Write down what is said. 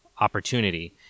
opportunity